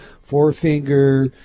Forefinger